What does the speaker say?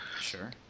sure